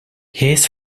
his